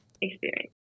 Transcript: experience